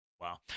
Wow